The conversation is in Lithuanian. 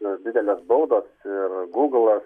na didelės baudos ir gūglas